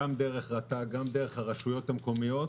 גם דרך רט"ג וגם דרך הרשויות המקומיות.